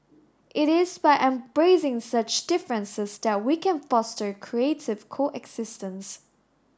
it is by embracing such differences that we can foster creative coexistence